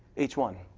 h one,